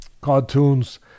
cartoons